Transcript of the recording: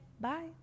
Bye